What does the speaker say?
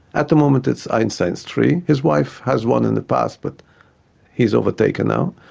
at the moment it's einstein's tree. his wife's has won in the past, but he has overtaken now.